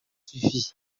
suffi